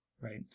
right